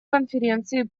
конференции